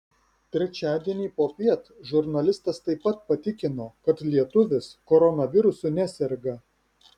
trečiadienį popiet žurnalistas taip pat patikino kad lietuvis koronavirusu neserga